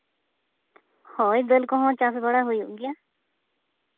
ᱦᱳᱭ ᱫᱟᱹᱞ ᱠᱚᱦᱚᱸ ᱪᱟᱥ ᱵᱟᱲᱟ ᱦᱩᱭᱩᱜ ᱜᱮᱭᱟ